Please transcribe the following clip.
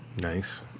Nice